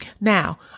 Now